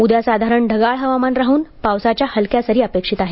उद्या साधारण ढगाळ हवामान राहून पावसाच्या हलक्या सरी अपेक्षित आहेत